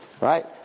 Right